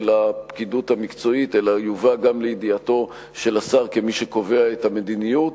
הפקידות המקצועית אלא יובא גם לידיעתו של השר כמי שקובע את המדיניות,